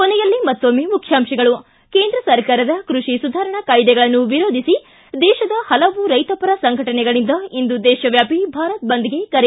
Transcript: ಕೊನೆಯಲ್ಲಿ ಮತ್ತೊಮ್ಮೆ ಮುಖ್ಯಾಂಶಗಳು ಿ ಕೇಂದ್ರ ಸರ್ಕಾರದ ಕೃಷಿ ಸುಧಾರಣಾ ಕಾಯ್ದೆಗಳನ್ನು ವಿರೋಧಿಸಿ ದೇಶದ ಹಲವು ರೈತಪರ ಸಂಘಟನೆಗಳಿಂದ ಇಂದು ದೇಶವ್ಯಾಪಿ ಭಾರತ್ ಬಂದ್ಗೆ ಕರೆ